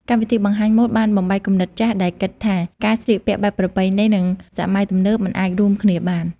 កម្មវិធីបង្ហាញម៉ូដបានបំបែកគំនិតចាស់ដែលគិតថាការស្លៀកពាក់បែបប្រពៃណីនិងសម័យទំនើបមិនអាចរួមគ្នាបាន។